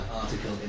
article